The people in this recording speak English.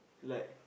like